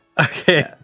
Okay